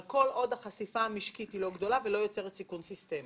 עוד החשיפה המשקית לא גדולה ולא יוצרת סיכון סיסטמי.